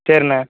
சேரிண்ண